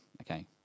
okay